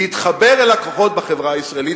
להתחבר אל הכוחות בחברה הישראלית,